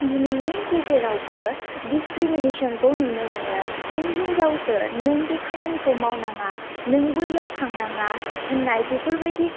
दिनैनि गेजेरावबो डिसक्रिमिनेसनखौ नुनो मोनो नों हिनजावसो नों बे खामानिखौ मावनाङा नों बैयाव थांनाङा होननाय बेफोरबायदि